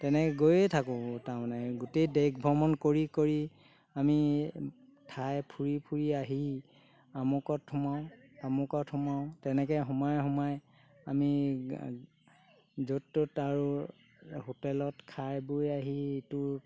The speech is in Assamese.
তেনেকৈ গৈয়ে থাকোঁ তাৰমানে গোটেই দেশ ভ্ৰমণ কৰি কৰি আমি ঠাই ফুৰি ফুৰি আহি আমুকত সোমাওঁ তামুকত সোমাওঁ তেনেকৈ সোমাই সোমাই আমি য'ত ত'ত আৰু হোটেলত খাই বৈ আহি ইটো